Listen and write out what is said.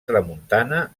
tramuntana